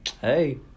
Hey